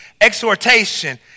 exhortation